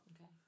Okay